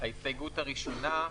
ההסתייגות הראשונה: